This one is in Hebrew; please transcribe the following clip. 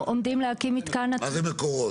מה זה "מקורות"?